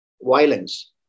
violence